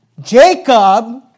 Jacob